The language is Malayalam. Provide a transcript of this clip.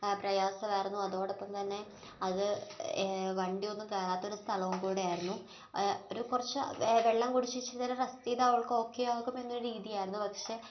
പ്രയാസം ആയിരുന്നു അതോടൊപ്പം തന്നെ അത് വണ്ടിയൊന്നും കയറാത്ത ഒരു സ്ഥലവും കൂടെയായിരുന്നു ഒരു കുറച്ച് വെള്ളം കുടിച്ചേച്ച് റസ്റ്റ് ചെയ്താൽ അവൾക്ക് ഓക്കേ ആകും എന്ന രീതിയായിരുന്നു പക്ഷേ